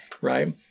right